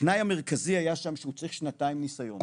התנאי המרכזי היה שם שהוא צריך שנתיים ניסיון,